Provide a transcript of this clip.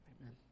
Amen